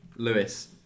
Lewis